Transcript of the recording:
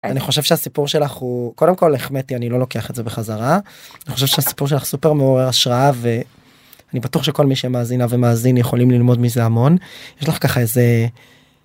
אני חושב שהסיפור שלך הוא קודם כל החמאתי אני לא לוקח את זה בחזרה אני חושב שהסיפור שלך סופר מעורר השראה ואני בטוח שכל מי שמאזינה ומאזין יכולים ללמוד מזה המון. יש לך ככה איזה...